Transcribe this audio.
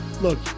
look